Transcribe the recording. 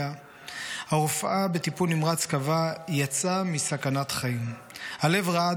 / הרופאה בטיפול נמרץ קבעה 'יצא מסכנת חיים' / הלב רעד